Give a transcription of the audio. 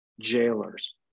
jailers